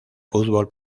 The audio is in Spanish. fútbol